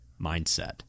mindset